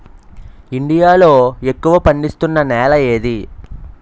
India లో ఎక్కువ పండిస్తున్నా నేల ఏది?